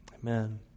Amen